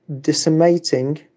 decimating